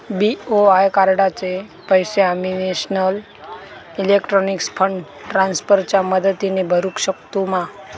BOI कार्डाचे पैसे आम्ही नेशनल इलेक्ट्रॉनिक फंड ट्रान्स्फर च्या मदतीने भरुक शकतू मा?